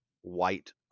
white